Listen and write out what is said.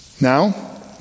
Now